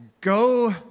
go